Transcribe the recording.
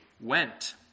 went